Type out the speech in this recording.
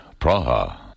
Praha